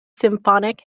symphonic